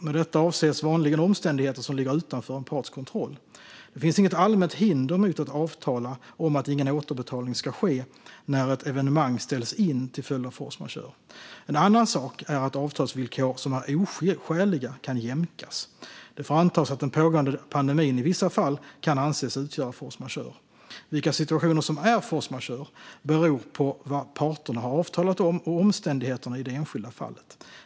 Med detta avses vanligen omständigheter som ligger utanför en parts kontroll. Det finns inget allmänt hinder mot att avtala om att ingen återbetalning ska ske när ett evenemang ställts in till följd av force majeure. En annan sak är att avtalsvillkor som är oskäliga kan jämkas. Det får antas att den pågående pandemin i vissa fall kan anses utgöra force majeure. Vilka situationer som är force majeure beror på vad parterna har avtalat om och omständigheterna i det enskilda fallet.